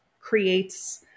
creates